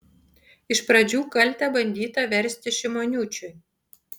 iš pradžių kaltę bandyta versti šimoniūčiui